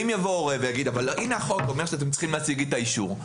אם יבוא הורה ויגיד שהנה החוק אומר שאתם צריכים להציג לי אישור,